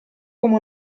come